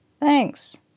Thanks